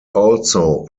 also